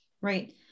right